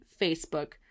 facebook